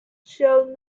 showed